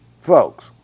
folks